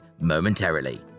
momentarily